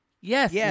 Yes